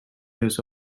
years